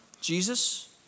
Jesus